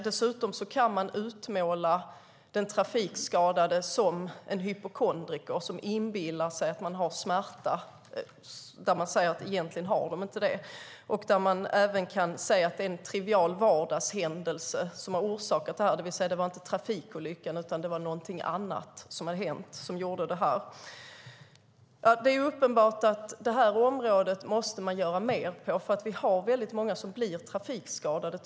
Dessutom kan rådgivaren utmåla den trafikskadade som en hypokondriker som inbillar sig att han eller hon har smärta och säga de att egentligen har inte det. Rådgivaren kan även säga att det är en trivial vardagshändelse som har orsakat det hela, det vill säga att det inte var trafikolyckan utan någonting annat som har hänt och som har orsakat detta. Det är uppenbart att man måste göra mer på området. Vi har tyvärr många i samhället som blir trafikskadade.